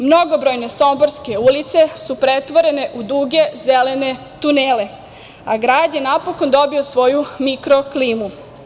Mnogobrojne somborske ulice su pretvorene u duge zelene tunele, a grad je napokon dobio svoju mikro klimu.